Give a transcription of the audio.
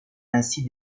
ainsi